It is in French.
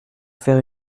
faire